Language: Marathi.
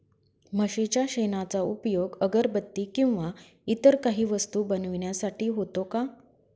म्हशीच्या शेणाचा उपयोग अगरबत्ती किंवा इतर काही वस्तू बनविण्यासाठी होतो का?